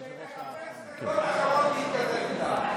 שתחפש מפלגות אחרות להתקזז איתן.